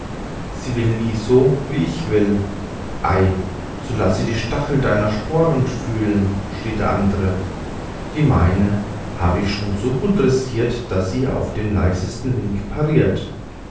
sie will nie so wie ich will ei so laß sie die stachel deiner sporen fühlen schrie der andre die meine hab ich schon so gut dressiert daß sie auf den leisesten wink pariert